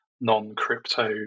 non-crypto